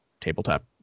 tabletop